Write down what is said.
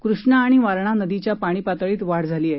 कृष्णा आणि वारणा नदीच्या पाणी पातळीत वाढ झाली आहे